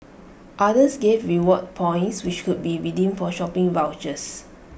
others gave reward points which could be redeemed for shopping vouchers